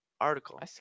article